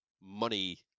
money